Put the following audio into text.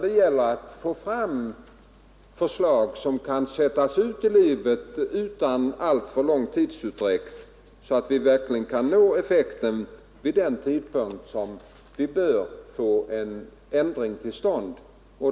Det gäller att få fram förslag som kan sättas ut i livet utan alltför lång tidsutdräkt så att vi verkligen kan nå effekten vid den tidpunkt då vi bör få en ändring till stånd.